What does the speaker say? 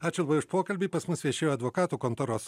ačiū labai už pokalbį pas mus viešėjo advokatų kontoros